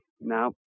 Now